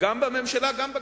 גם בממשלה גם בכנסת.